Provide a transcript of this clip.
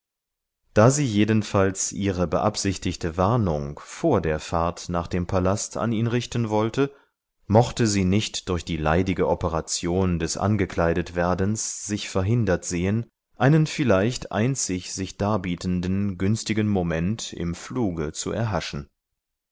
da sie jedenfalls ihre beabsichtigte warnung vor der fahrt nach dem palast an ihn richten wollte mochte sie nicht durch die leidige operation des angekleidet werdens sich verhindert sehen einen vielleicht einzig sich darbietenden günstigen moment im fluge zu erhaschen